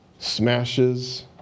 smashes